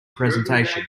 presentation